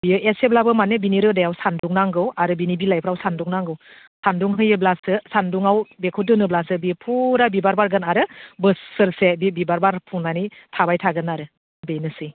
बेयो एसेब्लाबो माने बिनि रोदायाव सान्दुं नांगौ आरो बेनि बिलाइफोराव सान्दुं नांगौ सान्दुं होयोब्लासो सान्दुङाव बेखौ दोनोब्लासो बेयो फुरा बिबार बारगोन आरो बोसोरसे बे बिबार बारफुंनानै थाबाय थागोन आरो बेनोसै